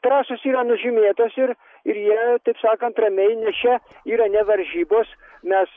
trasos yra nužymėtos ir ir jie taip sakant ramiai nes čia yra ne varžybos mes